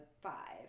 five